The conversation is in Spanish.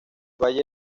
valle